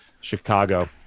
chicago